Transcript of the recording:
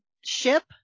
ship